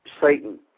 Satan